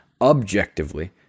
objectively